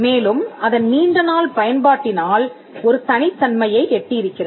மேலும் அதன் நீண்டநாள் பயன்பாட்டினால் ஒரு தனித்தன்மையை எட்டியிருக்கிறது